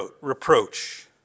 reproach